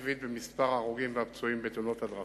נושא פירות של ירידה עקבית במספר ההרוגים והפצועים בתאונות הדרכים,